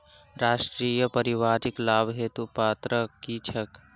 राष्ट्रीय परिवारिक लाभ हेतु पात्रता की छैक